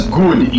good